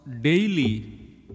daily